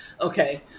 okay